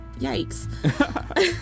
Yikes